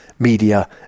media